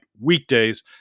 weekdays